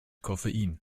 koffein